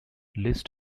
list